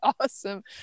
awesome